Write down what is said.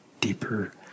deeper